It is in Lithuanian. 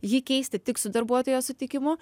jį keisti tik su darbuotojo sutikimu